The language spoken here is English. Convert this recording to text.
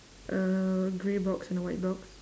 a grey box and a white box